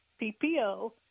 PPO